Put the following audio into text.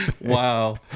Wow